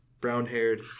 brown-haired